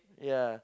ya